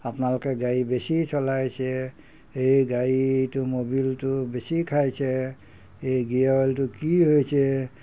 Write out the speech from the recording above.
আপোনালোকে গাড়ী বেছি চলাইছে এই গাড়ীটো মবিলটো বেছি খাইছে এই গিয়ৰটো কি হৈছে